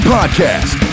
Podcast